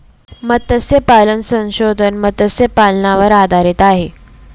मत्स्यपालन संशोधन मत्स्यपालनावर आधारित आहे